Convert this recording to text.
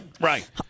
Right